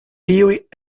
tiuj